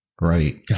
Right